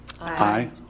Aye